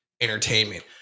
entertainment